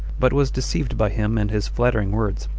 but was deceived by him and his flattering words.